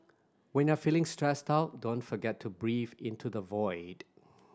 when you are feeling stressed out don't forget to breathe into the void